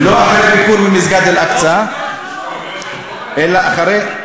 לא אחרי ביקור במסגד אל-אקצא אלא אחרי,